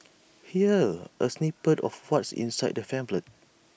here's A snippet of what's inside the pamphlet